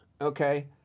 okay